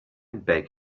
beg